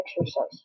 exercise